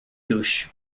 gouache